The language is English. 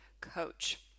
coach